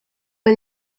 fue